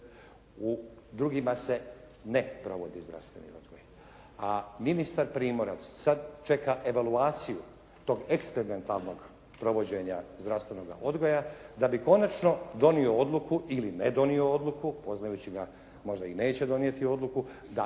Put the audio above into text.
U drugima se ne provodi zdravstveni odgoj, a ministar Primorac sad čeka evaulaciju tog eksperimentalnog provođenja zdravstvenoga odgoja da bi konačno donio odluku ili ne donio odluku. Poznajući ga možda i neće donijeti odluku, da